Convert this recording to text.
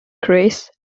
chris